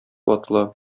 ватыла